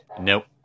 Nope